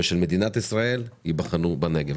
ושל מדינת ישראל ייבחן בנגב.